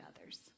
others